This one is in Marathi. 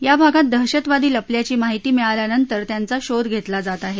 या भागात दहशतवादी लपल्याची माहिती मिळाल्यानंतर त्यांचा शोध घेतला जात आहे